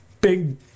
big